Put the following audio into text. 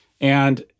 And-